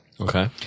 Okay